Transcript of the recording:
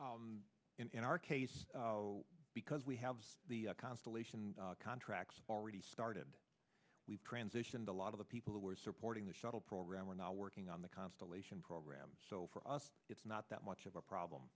process in our case because we have the constellation contracts already started we've transitioned a lot of the people who were supporting the shuttle program are now working on the constellation program so for us it's not that much of a problem